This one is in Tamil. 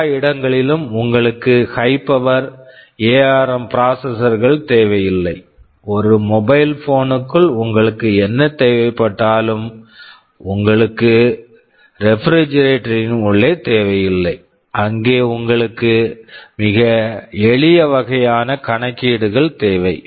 எல்லா இடங்களிலும் உங்களுக்கு high power high power ARM ARM processor processor கள் தேவையில்லை ஒரு மொபைல் போன் mobile phone க்குள் உங்களுக்கு என்ன தேவைப்பட்டாலும் உங்களுக்கு ரெபிரிஜிரேட்டர் refrigerator ன் உள்ளே தேவையில்லை அங்கே உங்களுக்கு மிக எளிய வகையான கணக்கீடுகள் தேவை